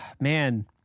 man